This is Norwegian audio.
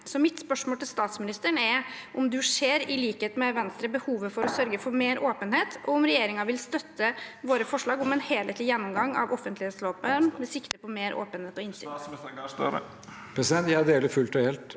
Mitt spørsmål til statsministeren er om han i likhet med Venstre ser behovet for å sørge for mer åpenhet, og om regjeringen vil støtte våre forslag om en helhetlig gjennomgang av offentlighetsloven, med sikte på mer åpenhet og innsyn.